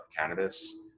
cannabis